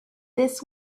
this